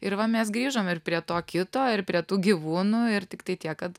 ir va mes grįžom ir prie to kito ir prie tų gyvūnų ir tiktai tiek kad